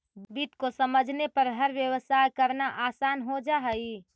वित्त को समझने पर हर व्यवसाय करना आसान हो जा हई